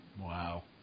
Wow